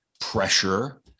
pressure